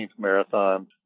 marathon